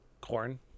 Corn